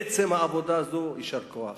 עצם העבודה הזו, יישר כוח.